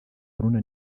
haruna